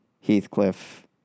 Heathcliff